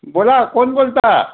बोला कोण बोलता